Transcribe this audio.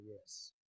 yes